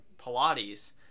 Pilates